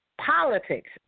politics